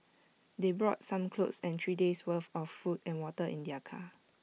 they brought some clothes and three days' worth of food and water in their car